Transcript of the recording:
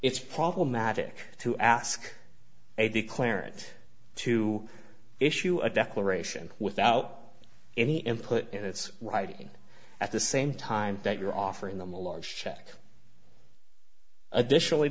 it's problematic to ask a declarative to issue a declaration without any input in its writing at the same time that you're offering them a large check additionally